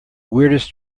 weirdest